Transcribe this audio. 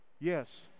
Yes